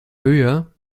höher